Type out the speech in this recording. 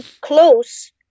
close